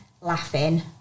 laughing